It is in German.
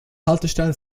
haltestellen